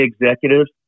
executives